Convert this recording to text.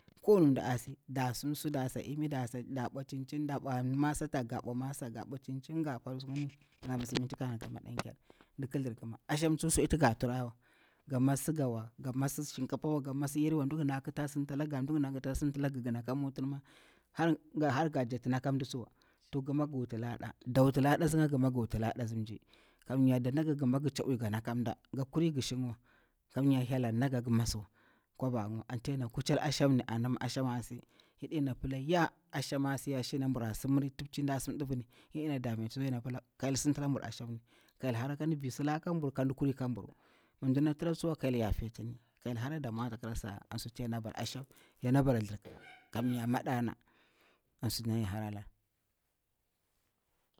Ko wani mɗa asi, nɗa simsu, da sa irni, nda ɓwa cincin, nɗa ɓwa masa, kan mas mti ka, nɗiki thlirkima, asham tsuwa su aɗi ti nga turawa, nga mas sugar wa, nga mas shin kafa wa, nga mas yari wa, mdi gini a kiti kata sinta laga, mdi gini asinta langa, ngi naka mutu ma har nga jakti naka mɗa tsuwa, gima gir wuti lada, dama dak wuti lada, da wuti lada a tsi mji, gima ngi chabwi ngi naka mɗa, ga kuri ngi shingwa, kamnya hyel an naga ngi maswa ƙa kwaba ngi wa, anti yana kuchelir ashamni, ma ashan a si, yana pila sham ki si bwa ta timciwa ɗena dameti tsiwa. Mi hyel sinti asham yana pila ka hyel hara ndi vi sila ka buru kan kuwi ka buru, mdina tira tsuwa ka hyel yafetini yana bara asham ko thirkima.